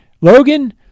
Logan